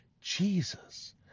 Jesus